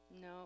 No